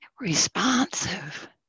responsive